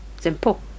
simple